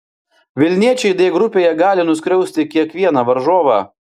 vilniečiai d grupėje gali nuskriausti kiekvieną varžovą